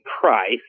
price